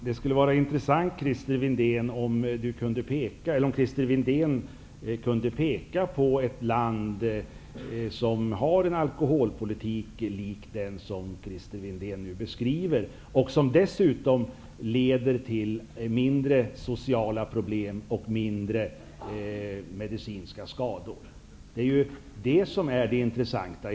Herr talman! Det skulle vara intressant om Christer Windén kunde peka på ett land som har en sådan alkoholpolitik som Christer Windén nu beskriver och som dessutom leder till färre sociala problem och medicinska skador. Det är det intressanta.